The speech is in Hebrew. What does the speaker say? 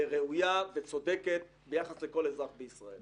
ראויה וצודקת ביחס לכל אזרח בישראל.